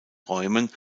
räumen